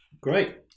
great